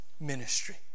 ministry